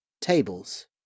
tables